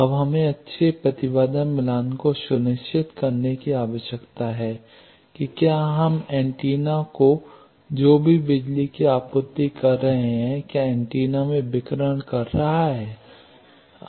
अब हमें अच्छे प्रतिबाधा मिलान को सुनिश्चित करने की आवश्यकता है कि क्या हम एंटीना को जो भी बिजली की आपूर्ति कर रहे हैं क्या एंटीना विकिरण कर रहा है